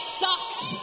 sucked